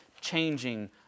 changing